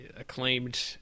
acclaimed